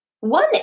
One